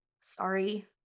Sorry